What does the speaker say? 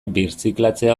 birziklatzea